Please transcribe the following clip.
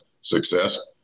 success